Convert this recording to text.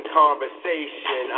conversation